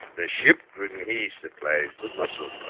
the ship when he supplies the muscle